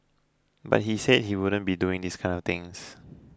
but he said he wouldn't be doing this kind of things